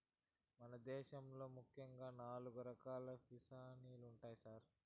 మన దేశంలో ముఖ్యంగా నాలుగు రకాలు ఫిసరీలుండాయి సారు